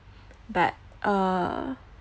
but uh